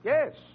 Yes